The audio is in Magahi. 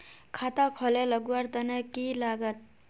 खाता खोले लगवार तने की लागत?